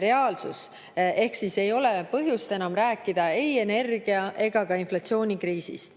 reaalsus. Ehk ei ole põhjust enam rääkida ei energia‑ ega ka inflatsioonikriisist.